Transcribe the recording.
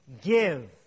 give